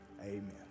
amen